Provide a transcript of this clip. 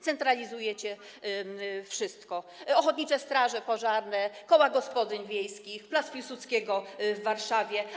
Centralizujecie wszystko: ochotnicze straże pożarne, koła gospodyń wiejskich, plac Piłsudskiego w Warszawie.